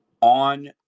on